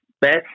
best